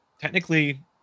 technically